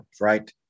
right